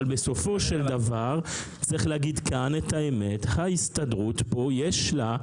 אבל בסופו של דבר צריך להגיד כאן את האמת: ההסתדרות יש לה פה